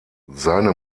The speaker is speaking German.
seine